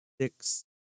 six